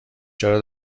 چرا